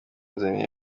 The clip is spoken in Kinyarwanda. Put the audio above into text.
umuntu